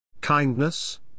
Kindness